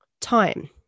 time